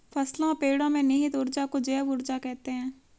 फसलों पेड़ो में निहित ऊर्जा को जैव ऊर्जा कहते हैं